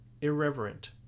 irreverent